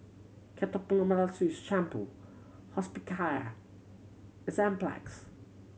Ketoconazole Shampoo Hospicare Enzyplex